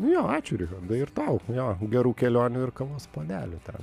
jo ačiū richardai ir tau jo gerų kelionių ir kavos puodelių tau